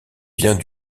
vient